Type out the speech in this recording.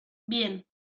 bien